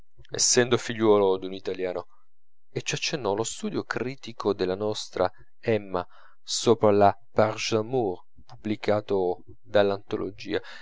essendo figliuolo d'un italiano e ci accennò lo studio critico della nostra emma sopra la